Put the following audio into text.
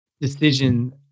decision